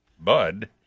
Bud